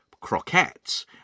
croquettes